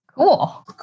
Cool